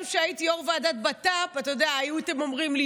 גם כשהייתי יושבת-ראש ועדת ביטחון הפנים הייתם אומרים לי: